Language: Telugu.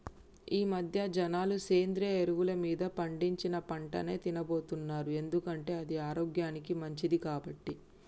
ఈమధ్య జనాలు సేంద్రియ ఎరువులు మీద పండించిన పంటనే తిన్నబోతున్నారు ఎందుకంటే అది ఆరోగ్యానికి మంచిది కాబట్టి